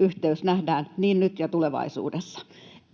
yhteys nähdään niin nyt ja tulevaisuudessa.